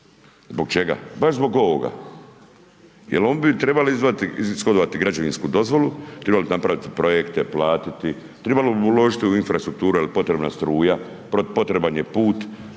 Zbog čega? Baš zbog ovoga jel oni bi trebali ishodovati građevinsku dozvolu, tribali bi napraviti projekte, platiti, tribalo bi im uložiti u infrastrukturu jel potrebna je struja, potreban je put,